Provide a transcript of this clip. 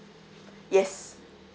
yes